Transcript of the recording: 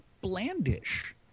blandish